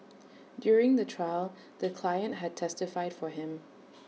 during the trial the client had testified for him